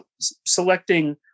selecting